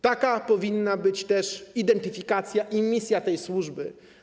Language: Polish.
Taka powinna być identyfikacja i misja tej służby.